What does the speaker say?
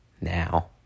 Now